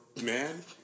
man